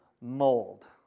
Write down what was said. mold